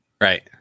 Right